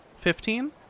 Fifteen